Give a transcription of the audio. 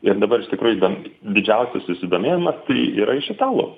ir dabar iš tikrųjų gan didžiausias susidomėjimas tai yra iš italų